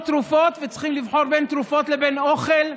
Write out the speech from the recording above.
תרופות וצריכים לבחור בין תרופות לבין אוכל?